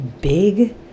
big